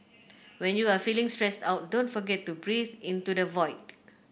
when you are feeling stressed out don't forget to breathe into the void